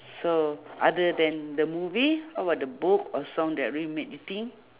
so other than the movie how about the book or song that really made you think